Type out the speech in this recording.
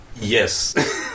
yes